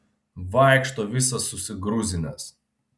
vaikšto visas susigrūzinęs